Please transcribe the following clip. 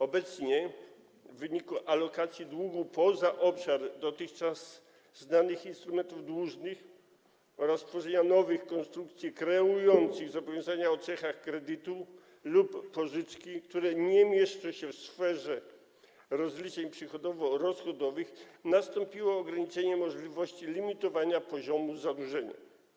Obecnie w wyniku alokacji długu poza obszar dotychczas znanych instrumentów dłużnych oraz tworzenia nowych konstrukcji kreujących zobowiązania o cechach kredytu lub pożyczki, które nie mieszczą się w sferze rozliczeń przychodowo-rozchodowych, nastąpiło ograniczenie możliwości limitowania poziomu zadłużenia.